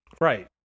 Right